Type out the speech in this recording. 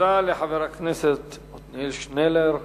תודה לחבר הכנסת עתניאל שנלר.